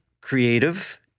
creative